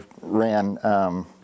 ran